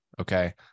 Okay